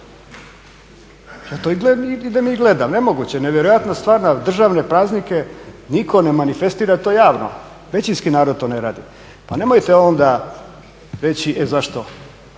razumije./… gleda, nemoguće, nevjerojatna stvar da državne praznike nitko ne manifestira to javno, većinski narod to ne radi. Pa nemojte onda reći e zašto